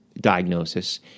diagnosis